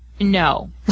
No